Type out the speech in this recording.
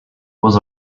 was